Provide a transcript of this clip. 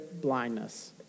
blindness